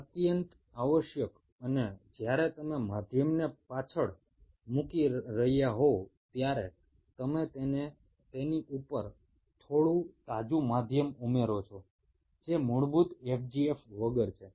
અત્યંત અત્યંત આવશ્યક અને જ્યારે તમે માધ્યમને પાછળ મૂકી રહ્યા હોવ ત્યારે તમે તેની ઉપર થોડું તાજું માધ્યમ ઉમેરો છો જે મૂળભૂત FGF વગર છે